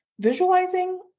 visualizing